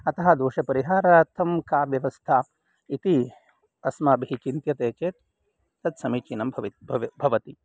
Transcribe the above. अतः दोषपरिहारार्थं का व्यवस्था इति अस्माभिः चिन्त्यते चेत् तत् समीचीनं भवति